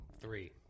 Three